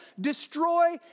destroy